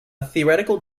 theoretical